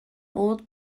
old